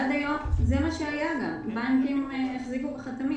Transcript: שעד היום זה מה שהיה, בנקים החזיקו בחתמים,